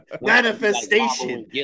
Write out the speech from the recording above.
Manifestation